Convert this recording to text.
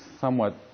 somewhat